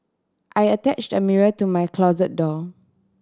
I attached a mirror to my closet door